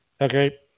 Okay